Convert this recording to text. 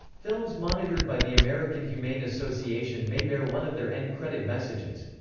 films monitored by the american humane association may bear one of their end-credit messages.